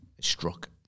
Struck